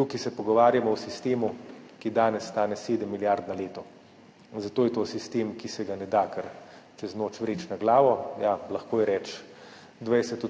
Tukaj se pogovarjamo o sistemu, ki danes stane 7 milijard na leto in zato je to sistem, ki se ga ne da kar čez noč vreči na glavo. Ja, lahko je reči, naj se